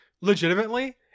legitimately